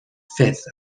fifth